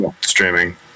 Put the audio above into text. streaming